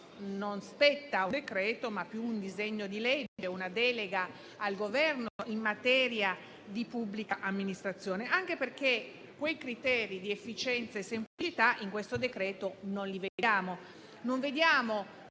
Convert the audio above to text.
non spetta a un decreto-legge, ma più a un disegno di legge, ad una delega al Governo in materia di pubblica amministrazione, anche perché quei criteri di efficienza e semplicità in questo decreto non li vediamo.